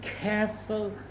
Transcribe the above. careful